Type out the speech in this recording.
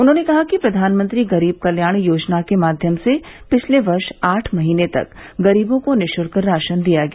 उन्होंने कहा कि प्रधानमंत्री गरीब कल्याण योजना के माध्यम से पिछले वर्ष आठ महीने तक गरीबों को निःशुल्क राशन दिया गया